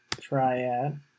triad